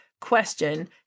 Question